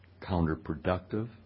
counterproductive